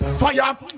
fire